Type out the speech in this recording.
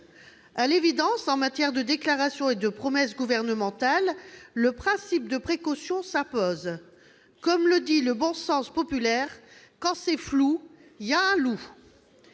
À l'évidence, en matière de déclaration et de promesse gouvernementale, le principe de précaution s'impose : comme le dit le bon sens populaire, « quand c'est flou, il y a un loup